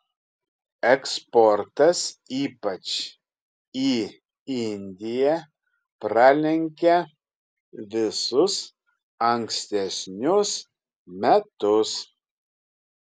eksportas ypač į indiją pralenkia visus ankstesnius metus